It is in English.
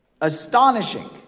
Astonishing